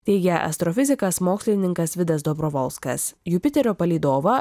teigia astrofizikas mokslininkas vidas dobrovolskas jupiterio palydovą